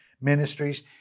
Ministries